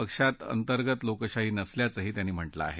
पक्षात अंतर्गत लोकशाही नसल्याचंही त्यांनी म्हटलंय